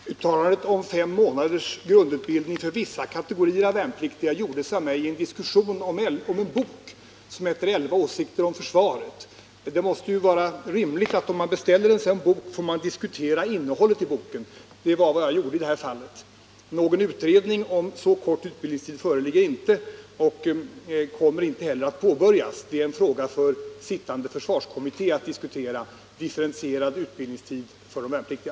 Herr talman! Uttalandet om fem månaders grundutbildning för vissa kategorier av värnpliktiga gjordes av mig i en diskussion om en bok som heter Elva åsikter om försvaret. Det måste ju vara rimligt att om man beställer en sådan bok, får man sedan vara beredd att diskutera innehållet i den boken, och det var vad jag gjorde i det där fallet. Någon utredning om en så kort utbildningstid föreligger inte, och en sådan kommer heller inte att påbörjas, utan det är en fråga för sittande försvarskommitté att diskutera differentierad utbildningstid för värnpliktiga.